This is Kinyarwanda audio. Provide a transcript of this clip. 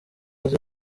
azi